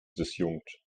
disjunkt